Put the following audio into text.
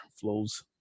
flows